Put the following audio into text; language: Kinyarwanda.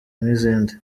n’izindi